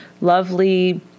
lovely